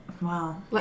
Wow